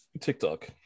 TikTok